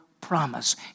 promise